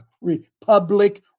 republic